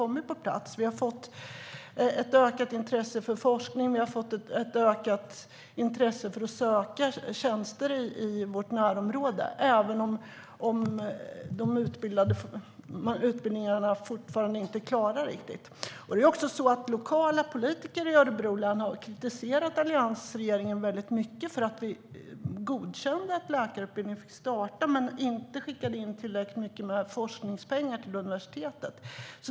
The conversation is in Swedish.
Det finns ett ökat intresse för forskning och ett ökat intresse för att söka tjänster i närområdet - även om utbildningarna fortfarande inte riktigt är klara. Lokala politiker i Örebro län har kritiserat alliansregeringen mycket därför att regeringen godkände att läkarutbildningen fick starta men inte skickade in tillräckligt mycket forskningspengar till universitetet.